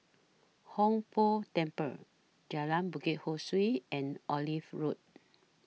Hong Tho Temple Jalan Bukit Ho Swee and Olive Road